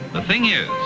the thing is,